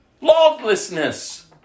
Lawlessness